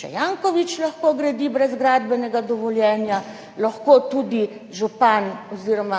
Če Janković lahko gradi brez gradbenega dovoljenja, lahko tudi župan oziroma